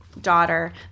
daughter